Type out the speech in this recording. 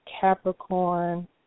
Capricorn